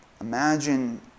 Imagine